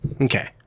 Okay